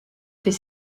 fait